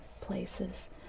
places